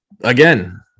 again